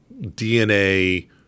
DNA